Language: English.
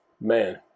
Man